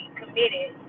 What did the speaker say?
committed